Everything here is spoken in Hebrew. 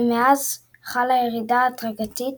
ומאז חלה ירידה הדרגתית